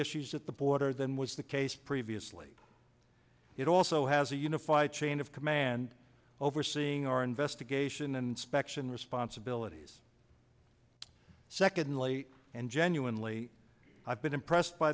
issues at the border than was the case previously it also has a unified chain of command overseeing our investigation and inspection responsibilities secondly and genuinely i've been impressed by